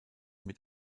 mit